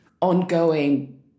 ongoing